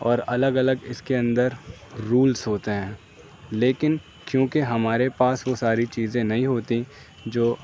اور الگ الگ اس کے اندر رولس ہوتے ہیں لیکن کیونکہ ہمارے پاس وہ ساری چیزیں نہیں ہوتیں جو